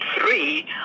three